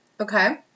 Okay